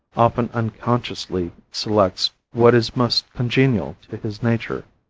often unconsciously selects what is most congenial to his nature.